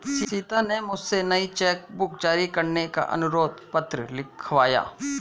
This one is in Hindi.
सीता ने मुझसे नई चेक बुक जारी करने का अनुरोध पत्र लिखवाया